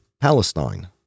Palestine